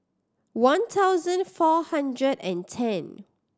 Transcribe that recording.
one thousand four hundred and ten